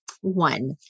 One